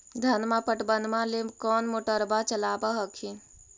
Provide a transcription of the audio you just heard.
धनमा पटबनमा ले कौन मोटरबा चलाबा हखिन?